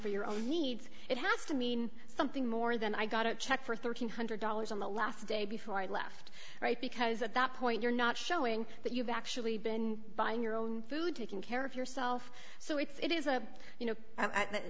for your own needs it has to mean something more than i got a check for one thousand three hundred dollars on the last day before i left right because at that point you're not showing that you've actually been buying your own food taking care of yourself so it's it is a you know that